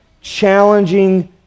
challenging